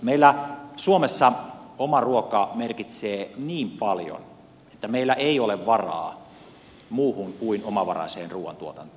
meillä suomessa oma ruoka merkitsee niin paljon että meillä ei ole varaa muuhun kuin omavaraiseen ruuantuotantoon